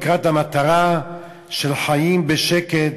לקראת המטרה של חיים בשקט,